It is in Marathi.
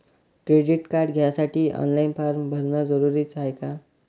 क्रेडिट कार्ड घ्यासाठी ऑनलाईन फारम भरन जरुरीच हाय का?